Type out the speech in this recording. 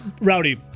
Rowdy